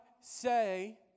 say